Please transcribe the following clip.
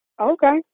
Okay